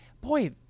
boy